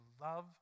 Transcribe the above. love